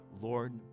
Lord